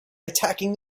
attacking